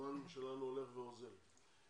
הזמן שלנו הולך ואוזל.